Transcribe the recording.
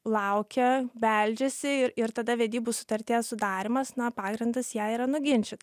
laukia beldžiasi ir ir tada vedybų sutarties sudarymas na pagrindas jai yra nuginčyt